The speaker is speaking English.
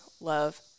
love